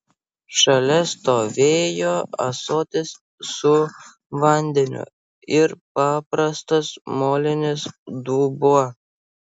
šalia stovėjo ąsotis su vandeniu ir paprastas molinis dubuo